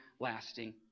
lasting